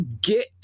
get